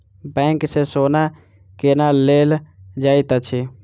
bank सँ सोना केना लेल जाइत अछि